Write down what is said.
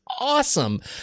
awesome